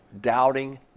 doubting